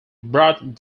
brought